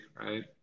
right